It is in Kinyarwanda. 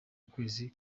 ukwezi